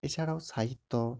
এছাড়াও সাহিত্য